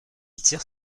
tire